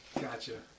Gotcha